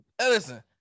listen